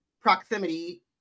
proximity